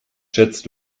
schätzt